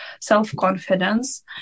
self-confidence